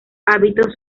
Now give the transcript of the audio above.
hábitos